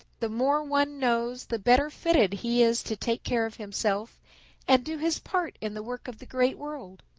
the more one knows the better fitted he is to take care of himself and do his part in the work of the great world.